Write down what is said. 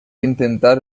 intentar